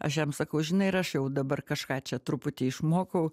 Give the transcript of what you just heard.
aš jam sakau žinai ir aš jau dabar kažką čia truputį išmokau